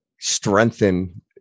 strengthen